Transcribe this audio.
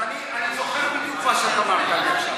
אז אני זוכר בדיוק מה שאתה אמרת.